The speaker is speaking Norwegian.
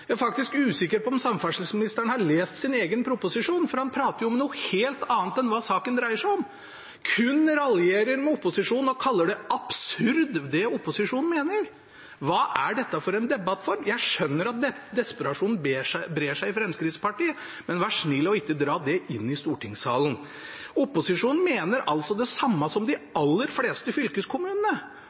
Jeg er faktisk usikker på om samferdselsministeren har lest sin egen proposisjon, for han prater jo om noe helt annet enn det saken dreier seg om. Han kun raljerer med opposisjonen og kaller det absurd, det opposisjonen mener. Hva er dette for slags debattform? Jeg skjønner at desperasjonen brer seg i Fremskrittspartiet, men vær snill å ikke dra det inn i stortingssalen. Opposisjonen mener det samme som de aller fleste fylkeskommunene,